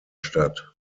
statt